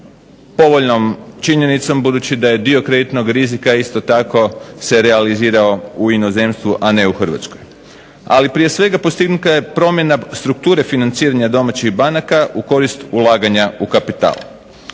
povoljnom činjenicom budući da je dio kreditnog rizika isto tako se realizirao u inozemstvu, a ne u Hrvatskoj. Ali prije svega postignuta je promjena strukture financiranja domaćih banaka u korist ulaganja u kapital.